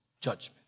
judgment